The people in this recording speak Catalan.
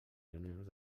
reunions